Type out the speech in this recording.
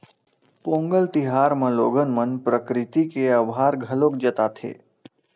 पोंगल तिहार म लोगन मन प्रकरिति के अभार घलोक जताथे